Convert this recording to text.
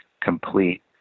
complete